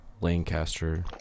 Lancaster